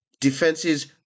Defenses